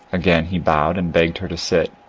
again he bowed, and begged her to sit.